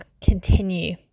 continue